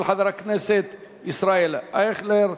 של חבר הכנסת ישראל אייכלר,